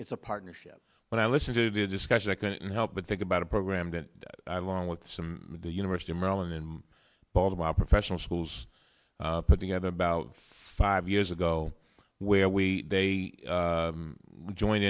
it's a partnership when i and to the discussion i couldn't help but think about a program that along with some the university of maryland in baltimore professional schools put together about five years ago where we they join